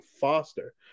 Foster